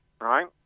right